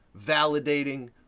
validating